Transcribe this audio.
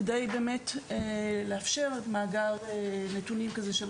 כדי באמת לאפשר מאגר נתונים כזה.